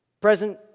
present